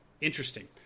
Interesting